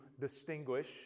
distinguish